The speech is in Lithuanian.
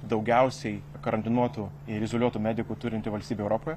daugiausiai karantinuotų ir izoliuotų medikų turinti valstybė europoje